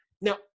Now